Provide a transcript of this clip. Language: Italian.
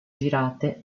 girate